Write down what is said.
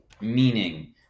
meaning